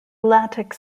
latex